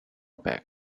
bad